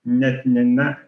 net ne ne